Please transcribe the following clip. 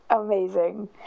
Amazing